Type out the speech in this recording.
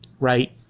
right